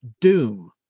Doom